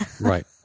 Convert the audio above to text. Right